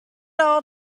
all